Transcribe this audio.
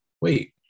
wait